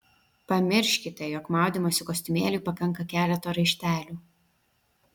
pamirškite jog maudymosi kostiumėliui pakanka keleto raištelių